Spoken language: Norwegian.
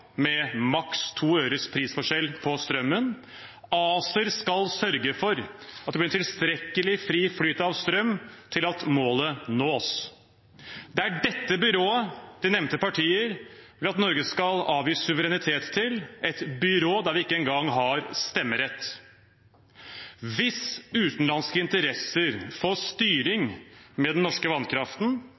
med maks 2 øres prisforskjell på strømmen. ACER skal sørge for at det blir en tilstrekkelig fri flyt av strøm til at målet nås. Det er dette byrået som de nevnte partier vil at Norge skal avgi suverenitet til – et byrå hvor vi ikke engang har stemmerett. Hvis utenlandske interesser får styring med den norske vannkraften,